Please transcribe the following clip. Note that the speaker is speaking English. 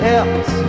else